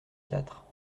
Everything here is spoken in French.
quatre